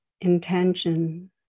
intention